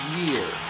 year